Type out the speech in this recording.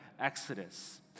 Exodus